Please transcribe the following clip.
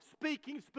speaking